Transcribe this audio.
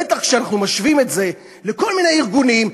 בטח כשאנחנו משווים את זה לכל מיני ארגונים,